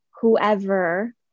whoever